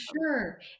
sure